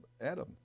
Adam